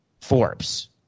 Forbes